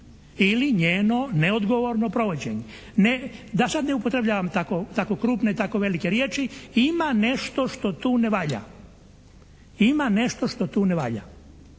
Ili njeno neodgovorno provođenje. Da sad ne upotrebljavam tako krupne, tako velike riječi. Ima nešto što tu ne valja. Ima nešto što tu ne valja.